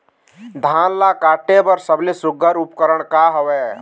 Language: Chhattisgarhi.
धान ला काटे बर सबले सुघ्घर उपकरण का हवए?